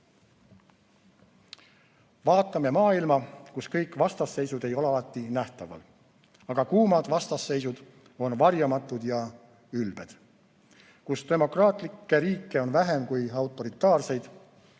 Vaatame maailma, kus kõik vastasseisud ei ole alati nähtaval, aga kuumad vastasseisud on varjamatud ja ülbed, kus demokraatlikke riike on vähem kui autoritaarseid,